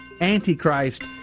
Antichrist